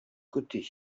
côté